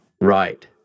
Right